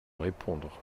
répondre